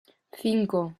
cinco